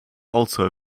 also